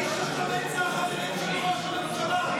האיש השמן זה החברים של ראש הממשלה.